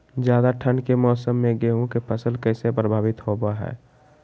ज्यादा ठंड के मौसम में गेहूं के फसल कैसे प्रभावित होबो हय?